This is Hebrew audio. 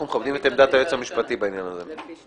אנחנו מקבלים את עמדת היועץ המשפטי בעניין הזה.